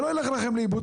שלא ילך לכם לאיבוד.